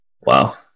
wow